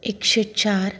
एकशें चार